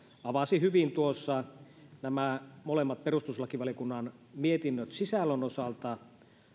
avasi hyvin tuossa nämä molemmat perustuslakivaliokunnan mietinnöt sisällön osalta